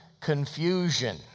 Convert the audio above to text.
confusion